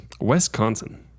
Wisconsin